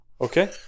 Okay